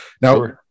Now